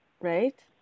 right